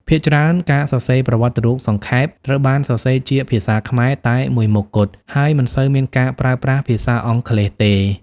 ភាគច្រើន ការសរសេរប្រវត្តិរូបសង្ខេប ត្រូវបានសរសេរជាភាសាខ្មែរតែមួយមុខគត់ ហើយមិនសូវមានការប្រើប្រាស់ភាសាអង់គ្លេសទេ។